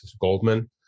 Goldman